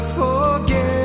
forget